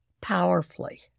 powerfully